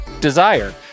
Desire